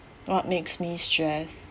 what makes me stress